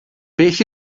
beth